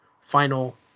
final